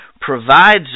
provides